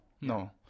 no